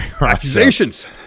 Accusations